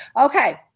okay